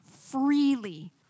freely